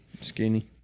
Skinny